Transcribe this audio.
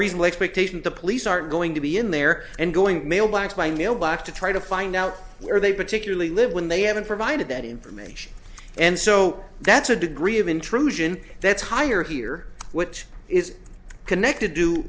expectation the police aren't going to be in there and going mailbox my mailbox to try to find out where they particularly live when they haven't provided that information and so that's a degree of intrusion that's higher here which is connected to